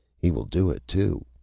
he will do it, too,